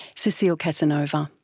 cecile casanova.